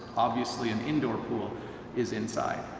obviously an indoor pool is inside.